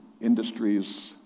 industries